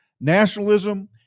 nationalism